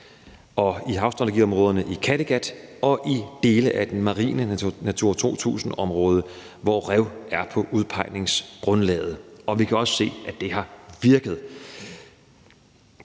i havstrategiområderne i Kattegat og i dele af det marine Natura 2000-områder, hvor rev er på udpegningsgrundlaget, og vi kan se, at det har virket.